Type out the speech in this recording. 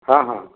ହଁ ହଁ